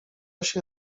się